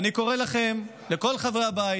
אני קורא לכם, לכל חברי הבית,